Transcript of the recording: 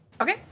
Okay